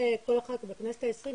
בכנסת ה-20,